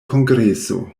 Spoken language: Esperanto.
kongreso